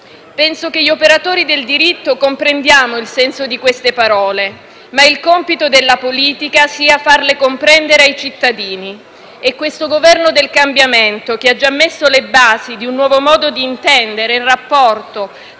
Penso che gli operatori del diritto comprendano il senso di queste parole, ma il compito della politica sia di farle comprendere ai cittadini. E questo Governo del cambiamento, che ha già messo le basi di un nuovo modo di intendere il rapporto